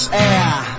air